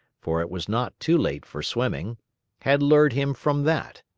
for it was not too late for swimming had lured him from that.